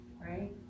right